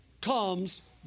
comes